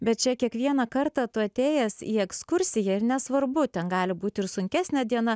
bet čia kiekvieną kartą tu atėjęs į ekskursiją ir nesvarbu ten gali būt ir sunkesnė diena